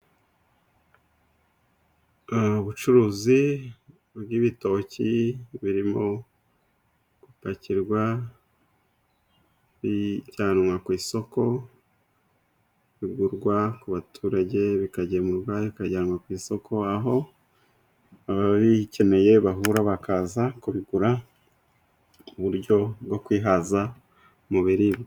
Ubucuruzi bw'ibitoki birimo gupakirwa bijyanwa ku isoko, bigurwa ku baturage bikagemurwa, bikajyanwa ku isoko. Aho ababikeneye bahura bakaza kubigura, mu buryo bwo kwihaza mu biribwa.